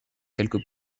quelques